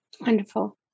Wonderful